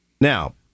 Now